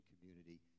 community